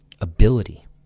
ability